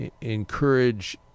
encourage